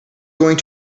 going